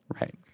right